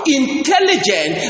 intelligent